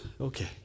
Okay